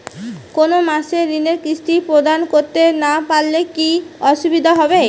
কোনো মাসে ঋণের কিস্তি প্রদান করতে না পারলে কি অসুবিধা হবে?